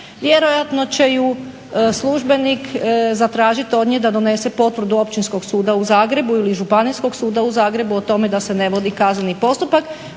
vjerojatno će službenik zatražit od nje da donese potvrdu Općinskog suda u Zagrebu ili Županijskog suda u Zagrebu o tome da se ne vodi kazneni postupak.